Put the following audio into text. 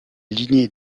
lignée